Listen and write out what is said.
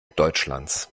deutschlands